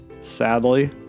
sadly